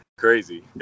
crazy